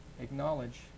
Acknowledge